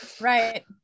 right